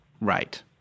Right